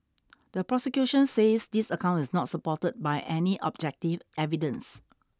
the prosecution says this account is not supported by any objective evidence